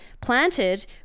planted